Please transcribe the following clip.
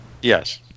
Yes